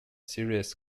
series